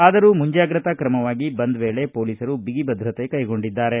ಆದರೂ ಮುಂಜಾಗ್ರತಾ ಕ್ರಮವಾಗಿ ಬಂದ್ ವೇಳೆ ಹೊಲೀಸರು ಬಿಗಿ ಭದ್ರತೆ ಕೈಗೊಂಡಿದ್ದಾರೆ